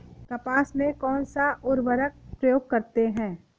कपास में कौनसा उर्वरक प्रयोग करते हैं?